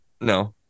no